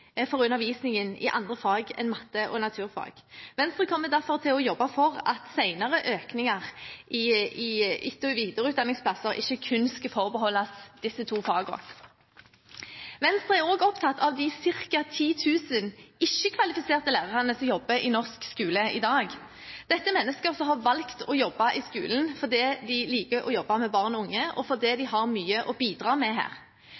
for undervisningen i andre fag enn matematikk og naturfag. Venstre kommer derfor til å jobbe for at senere økninger i antallet etter- og videreutdanningsplasser ikke kun skal forbeholdes disse to fagene. Venstre er også opptatt av de ca. 10 000 ikke-kvalifiserte lærerne som jobber i norsk skole i dag. Dette er mennesker som har valgt å jobbe i skolen fordi de liker å jobbe med barn og unge, og fordi de har mye å bidra med her.